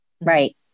Right